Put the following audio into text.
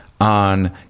on